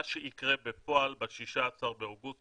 מה שיקרה בפועל ב-16 באוגוסט,